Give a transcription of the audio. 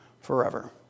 forever